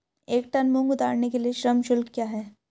एक टन मूंग उतारने के लिए श्रम शुल्क क्या है?